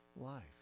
life